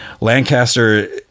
Lancaster